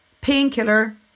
painkiller